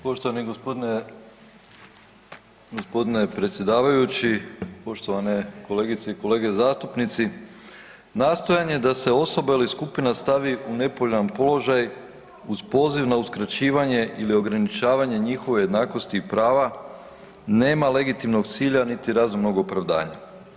Poštovani gospodine predsjedavajući, poštovane kolegice i kolege zastupnici, nastojanje da se osobe ili skupina stavi u nepovoljan položaj uz poziv na uskraćivanje ili ograničavanje njihove jednakosti i prava nema legitimnog cilja niti razumnog opravdanja.